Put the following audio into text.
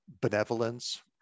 benevolence